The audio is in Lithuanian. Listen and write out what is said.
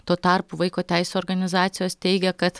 tuo tarpu vaiko teisių organizacijos teigia kad